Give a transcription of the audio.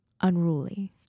unruly